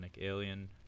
Alien